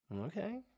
Okay